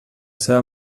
seva